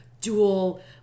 dual